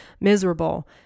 miserable